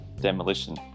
Demolition